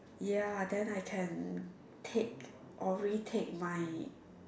ya then I can take or retake my